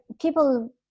people